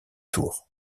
tours